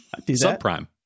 Subprime